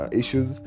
issues